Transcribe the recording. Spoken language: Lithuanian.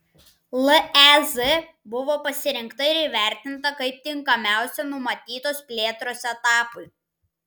lez buvo pasirinkta ir įvertinta kaip tinkamiausia numatytos plėtros etapui